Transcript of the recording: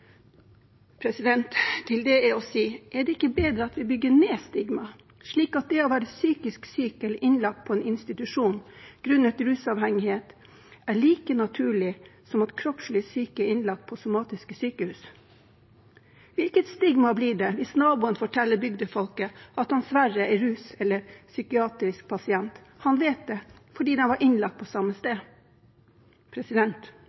Til det er å si: Er det ikke bedre at vi bygger ned stigmaet, slik at det å være psykisk syk eller innlagt på en institusjon grunnet rusavhengighet er like naturlig som at kroppslig syke er innlagt på somatiske sykehus? Hvilket stigma blir det hvis naboen forteller bygdefolket at han Sverre er ruspasient eller psykiatrisk pasient – og han vet det fordi de var innlagt på samme